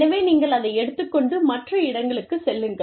எனவே நீங்கள் அதை எடுத்துக் கொண்டு மற்ற இடங்களுக்குச் செல்லுங்கள்